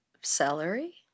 celery